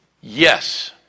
yes